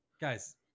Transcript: Guys